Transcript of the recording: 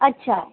अच्छा